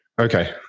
Okay